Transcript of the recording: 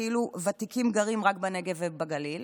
כאילו שוותיקים גרים רק בנגב ובגליל.